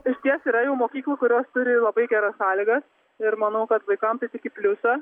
išties yra jau mokyklų kurios turi labai geras sąlygas ir manau kad vaikam tai tik į pliusą